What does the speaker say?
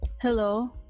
Hello